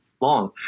long